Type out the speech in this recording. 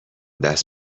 دست